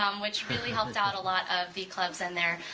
um which really helped out a lot of the clubs in there,